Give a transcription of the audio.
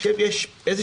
עכשיו יש איזשהו